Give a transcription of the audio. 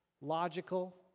logical